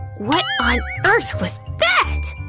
what on earth was that!